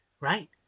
right